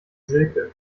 silke